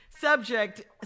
Subject